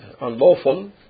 unlawful